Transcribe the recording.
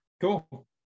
cool